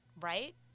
right